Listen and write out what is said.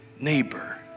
neighbor